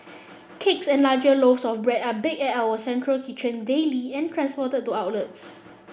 cakes and larger loaves of bread are baked at our central kitchen daily and transported to outlets